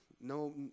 No